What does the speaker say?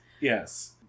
Yes